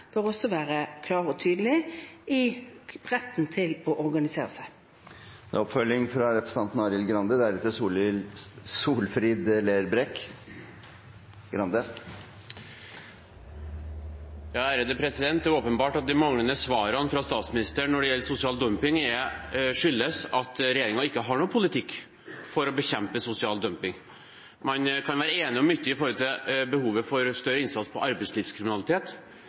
bør være klare og tydelige på retten til å organisere seg. Det åpnes for oppfølgingsspørsmål – først Arild Grande. Det er åpenbart at de manglende svarene fra statsministeren når det gjelder sosial dumping, skyldes at regjeringen ikke har noen politikk for å bekjempe sosial dumping. Man kan være enig om mye med hensyn til behovet for større innsats mot arbeidslivskriminalitet,